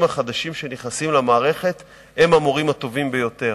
החדשים שנכנסים למערכת הם המורים הטובים ביותר.